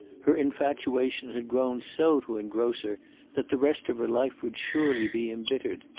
her infatuation had grown so to engross her that the rest of her life would surely be embittered.